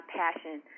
passion